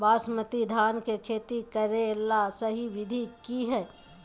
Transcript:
बासमती धान के खेती करेगा सही विधि की हय?